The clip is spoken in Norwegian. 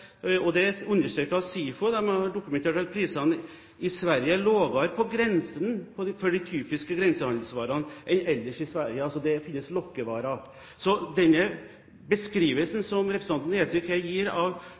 prisene i Sverige er lavere på grensen for de typiske grensehandelsvarene enn ellers i Sverige – altså at det finnes lokkevarer. Så denne beskrivelsen som representanten Nesvik her gir av